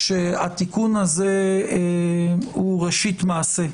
שהתיקון הזה הוא ראשית מעשה,